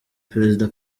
perezida